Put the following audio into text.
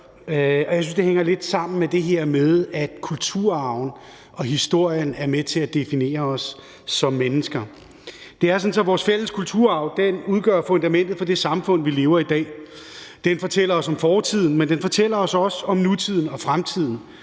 Jeg synes, det hænger lidt sammen med det her med, at kulturarven og historien er med til at definere os som mennesker. Det er sådan, at vores fælles kulturarv udgør fundamentet for det samfund, vi lever i i dag. Den fortæller os om fortiden, men den fortæller os også om nutiden og fremtiden